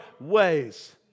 ways